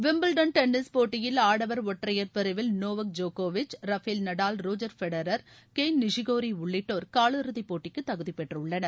Wimbledon tennis போட்டியில் ஆடவர் ஒற்றையர் பிரிவில் நோவோக் ஜோகோவிட்ச் Rafael Nadal Roger Federer Kei Nishikori உள்ளிட்டோர் காலிறுதிப் போட்டிக்கு தகுதிப்பெற்றுள்ளனர்